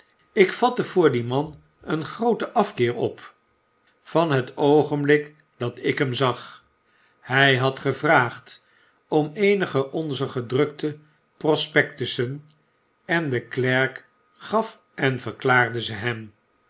ik vatte voor dien man een grooten afkeer op van het oogenblik dat ik hem zag hy had gevraagd om eenige onzer gedrukte prospectussen en de klerk gaf en verklaarde ze hem